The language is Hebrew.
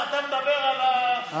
אבל אתה מדבר על הסודאנים.